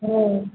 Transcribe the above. हाँ